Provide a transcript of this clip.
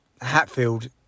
Hatfield